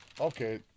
Okay